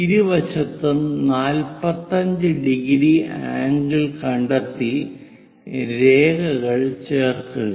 ഇരുവശത്തും 45° ആംഗിൾ കണ്ടെത്തി രേഖകൾ ചേർക്കുക